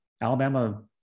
Alabama